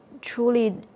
truly